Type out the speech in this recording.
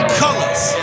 colors